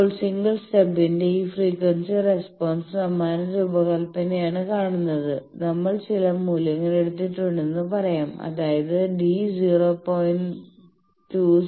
ഇപ്പോൾ സിംഗിൾ സ്റ്റബിന്റെ ഈ ഫ്രീക്വൻസി റെസ്പോൺസിൽ സമാന രൂപകൽപ്പനയാണ് കാണുന്നത് നമ്മൾ ചില മൂല്യങ്ങൾ എടുത്തിട്ടുണ്ടെന്ന് പറയാം അതായത് d 0